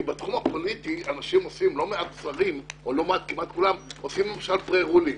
זה שבתחום הפוליטי לא מעט שרים או כמעט כולם עושים פרה רולינג.